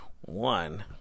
One